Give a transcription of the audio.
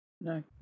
No